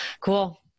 Cool